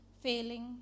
failing